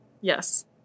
Yes